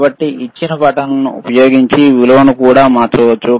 కాబట్టి ఇచ్చిన బటన్లను ఉపయోగించి విలువను కూడా మార్చవచ్చు